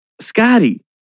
Scotty